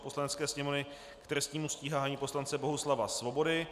Poslanecké sněmovny k trestnímu stíhání poslance Bohuslava Svobody